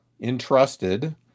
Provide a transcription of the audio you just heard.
entrusted